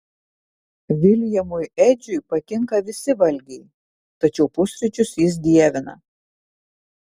viljamui edžiui patinka visi valgiai tačiau pusryčius jis dievina